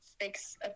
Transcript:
fix